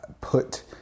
put